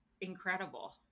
incredible